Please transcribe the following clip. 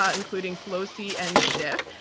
ah including pelosi and schiff,